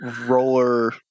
roller